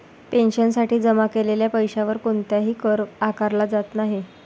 पेन्शनसाठी जमा केलेल्या पैशावर कोणताही कर आकारला जात नाही